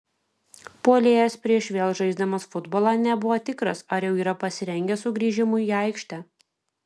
puolėjas prieš vėl žaisdamas futbolą nebuvo tikras ar jau yra pasirengęs sugrįžimui į aikštę